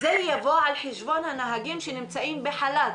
זה יבוא על חשבון הנהגים שנמצאים בחל"ת.